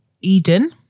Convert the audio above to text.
Eden